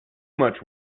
much